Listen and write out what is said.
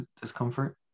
discomfort